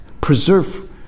preserve